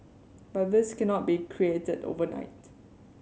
but this cannot be created overnight